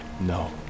No